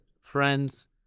friends